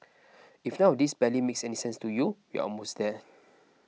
if none of this barely makes any sense to you we're almost there